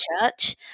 church